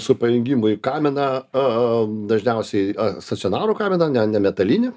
su pajungimų į kaminą a dažniausiai stacionarų kaminą ne ne metalinį